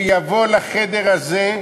שיבוא לחדר הזה,